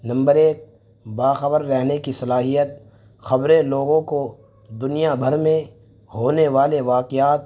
number ایک باخبر رہنے کی صلاحیت خبریں لوگوں کو دنیا بھر میں ہونے والے واقعات